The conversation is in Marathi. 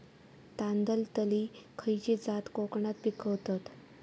तांदलतली खयची जात कोकणात पिकवतत?